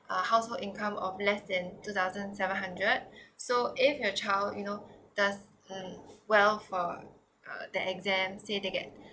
ah household income of less than two thousand seven hundred so if your child you know does uh well for uh that exams